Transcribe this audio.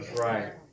right